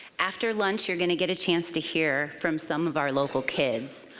after lunch, you're gonna get a chance to hear from some of our local kids,